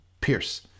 Pierce